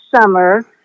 summer